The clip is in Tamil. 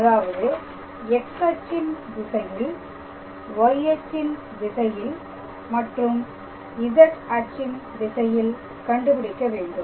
அதாவது X அச்சின் திசையில்Y அச்சின் திசையில் மற்றும் Z அச்சின் திசையில் கண்டுபிடிக்க வேண்டும்